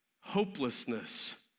Hopelessness